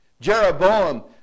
Jeroboam